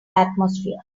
atmosphere